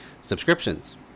subscriptions